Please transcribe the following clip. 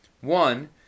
One